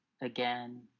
again